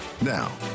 Now